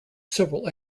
several